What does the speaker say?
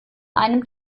einem